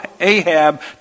Ahab